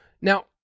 now